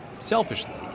selfishly